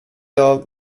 jag